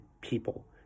people